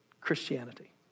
Christianity